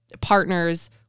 partners